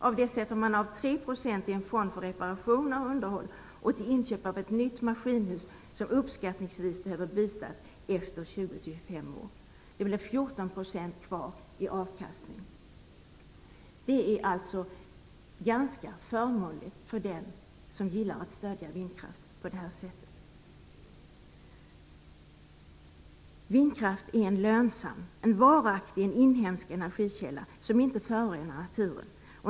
Av det sätter man av 3 % till en fond för reparationer och underhåll och till inköp av ett nytt maskinhus, som uppskattningsvis behöver bytas efter 20-25 år. Det blir 14 % kvar i avkastning. Det är alltså ganska förmånligt för den som gillar att stödja vindkraft på det här sättet. Vindkraft är en lönsam, varaktig inhemsk energikälla som inte förorenar naturen.